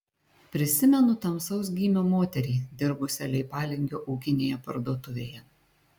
prisimenu tamsaus gymio moterį dirbusią leipalingio ūkinėje parduotuvėje